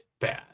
bad